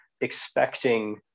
expecting